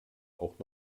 auch